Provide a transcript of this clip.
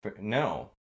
No